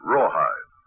Rawhide